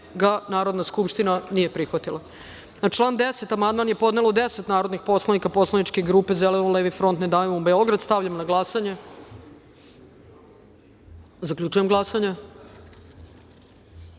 ga Narodna skupština nije prihvatila. Na član 10. amandman je podnelo deset narodnih poslanika poslaničke grupe Zeleno-levi front – Ne davimo Beograd. Stavljam na glasanje. Zaključujem glasanje: